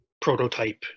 prototype